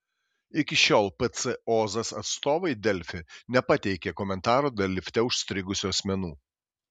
iki šiol pc ozas atstovai delfi nepateikė komentaro dėl lifte užstrigusių asmenų